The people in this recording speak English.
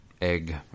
egg